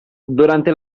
durante